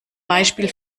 beispiel